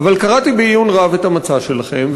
אבל קראתי בעיון רב את המצע שלכם,